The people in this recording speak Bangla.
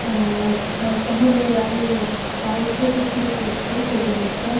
ও আচ্ছা তাহলে আমি কাল থেকে শুরু করছি এই জিনিসটা